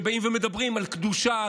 שבאים ומדברים על קדושה,